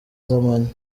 z’amanywa